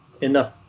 enough